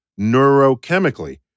neurochemically